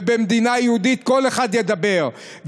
ובמדינה יהודית כל אחד ידבר.